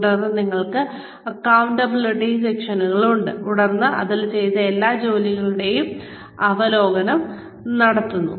തുടർന്ന് ഞങ്ങൾക്ക് അക്കൌണ്ടബിലിറ്റി സെഷനുകൾ ഉണ്ട് അതിൽ ചെയ്ത എല്ലാ ജോലികളുടെയും അവലോകനം നടത്തുന്നു